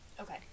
Okay